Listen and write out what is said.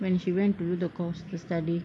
when she went to do the course to study